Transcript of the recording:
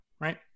right